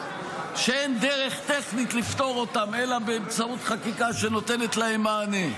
שאין דרך טכנית לפתור אותם אלא באמצעות חקיקה שנותנת להם מענה.